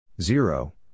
zero